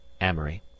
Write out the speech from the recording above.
Amory